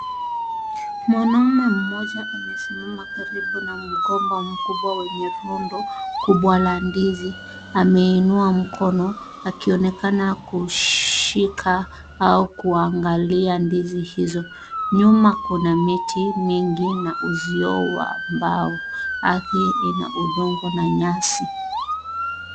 Mwanaume mmoja amesimama karibu na mgomba mkubwa wenye rundo kubwa la ndizi ameinua mkono akionekana kushika au kuangalia ndizi hizo. Nyuma kuna miti mingi na uzio wa mbao. Ardhi ina udongo na nyasi.